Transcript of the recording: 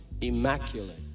immaculate